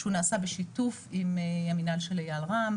שהוא נעשה בשיתוף עם המינהל של אייל רם.